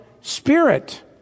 spirit